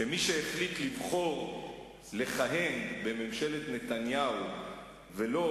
שמי שהחליט לבחור לכהן בממשלת נתניהו ולא,